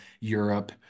Europe